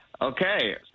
Okay